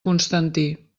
constantí